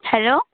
hello